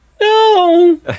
No